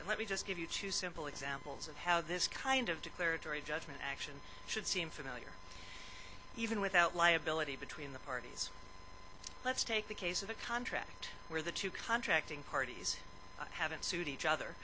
so let me just give you two simple examples of how this kind of declaratory judgment action should seem familiar even without liability between the parties let's take the case of a contract where the two contracting parties haven't suit each other